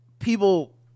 People